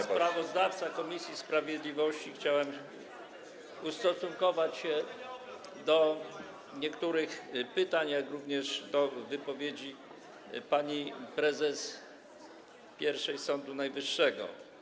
Jako sprawozdawca komisji sprawiedliwości chciałem ustosunkować się do niektórych pytań, jak również do wypowiedzi pani pierwszej prezes Sądu Najwyższego.